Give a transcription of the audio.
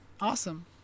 Awesome